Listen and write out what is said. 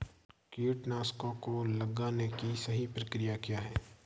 कीटनाशकों को लगाने की सही प्रक्रिया क्या है?